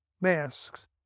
masks